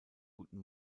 guten